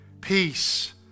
peace